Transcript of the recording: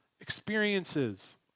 experiences